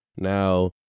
Now